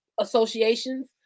Associations